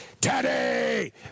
Teddy